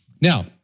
Now